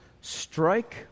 Strike